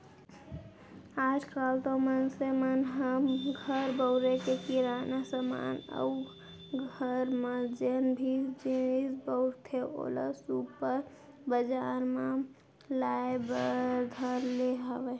आज काल तो मनसे मन ह घर बउरे के किराना समान अउ घर म जेन भी जिनिस बउरथे ओला सुपर बजार ले लाय बर धर ले हावय